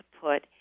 put